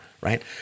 Right